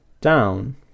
down